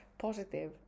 positive